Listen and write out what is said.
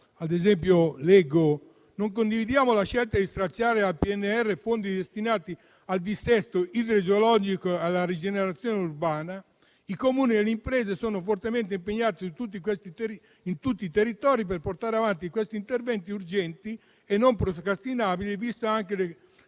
ad esempio, che non viene condivisa la scelta di stralciare dal PNRR fondi destinati al dissesto idrogeologico e alla rigenerazione urbana, mentre Comuni e imprese sono fortemente impegnati in tutti i territori per portare avanti questi interventi urgenti e non procrastinabili, visti anche i